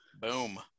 boom